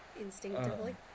instinctively